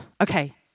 Okay